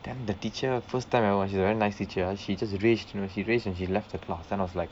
then the teacher first time I was she's a very nice teacher she just raged you know she just raged and she left the class then I was like